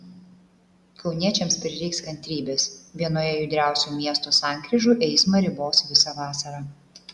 kauniečiams prireiks kantrybės vienoje judriausių miesto sankryžų eismą ribos visą vasarą